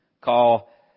call